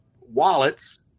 wallets